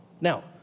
Now